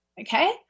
okay